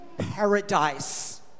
paradise